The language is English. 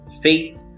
faith